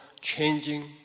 changing